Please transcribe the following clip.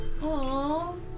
Aww